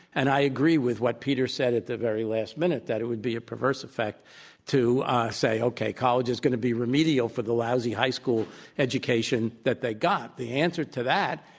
and i agree with what peter said at the very last minute, that it would be a perverse effect to say, okay, college is going to be remedial for the lousy high school education that they got. the answer to that,